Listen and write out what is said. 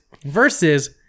versus